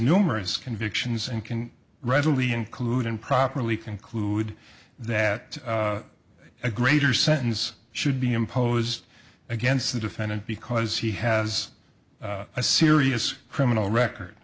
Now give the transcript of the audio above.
numerous convictions and can readily include and properly conclude that a greater sentence should be imposed against the defendant because he has a serious criminal record